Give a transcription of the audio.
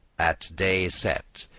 at day set,